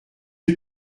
que